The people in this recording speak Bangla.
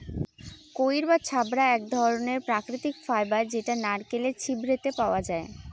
কইর বা ছবড়া এক ধরনের প্রাকৃতিক ফাইবার যেটা নারকেলের ছিবড়েতে পাওয়া যায়